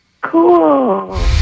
cool